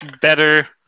better